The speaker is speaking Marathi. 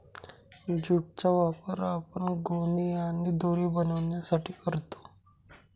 ज्यूट चा वापर आपण गोणी आणि दोरी बनवण्यासाठी करतो